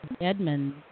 Edmund